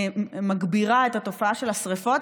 מגבירה את התופעה של השרפות.